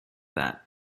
that